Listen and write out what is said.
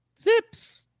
Zips